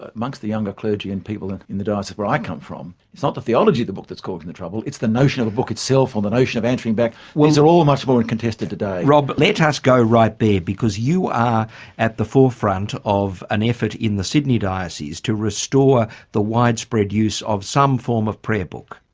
but amongst the younger clergy and people in in the diocese where i come from, it's not the theology of the book that's causing the trouble, it's the notion of the book itself or the notion of answering back these are all much more and contested today. rob let us go right there because you are at the forefront of an effort in the sydney diocese to restore the widespread use of some form of prayer book.